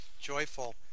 joyful